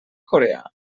coreà